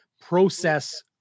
process